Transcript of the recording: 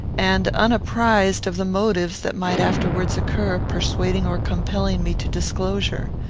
and unapprized of the motives that might afterwards occur, persuading or compelling me to disclosure.